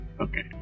okay